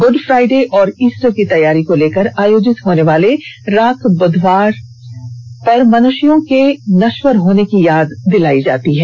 good Friday और Easter की तैयारी को लेकर आयोजित होने वाले राख बुधवार मनुष्यों के नश्वर होने की याद दिलाता है